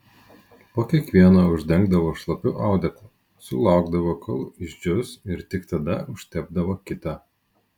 po kiekvieno uždengdavo šlapiu audeklu sulaukdavo kol išdžius ir tik tada užtepdavo kitą